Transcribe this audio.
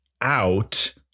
out